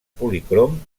policrom